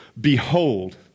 Behold